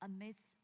amidst